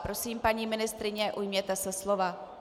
Prosím, paní ministryně, ujměte se slova.